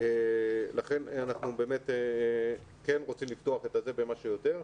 ולכן אנחנו כן רוצים לפתוח כמה שיותר.